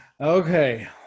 Okay